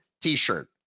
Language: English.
T-shirt